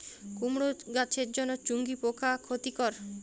কুমড়ো গাছের জন্য চুঙ্গি পোকা ক্ষতিকর?